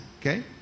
okay